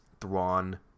Thrawn